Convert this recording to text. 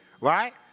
Right